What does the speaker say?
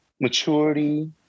maturity